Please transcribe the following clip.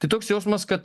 tai toks jausmas kad